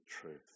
truth